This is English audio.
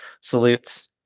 salutes